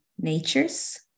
natures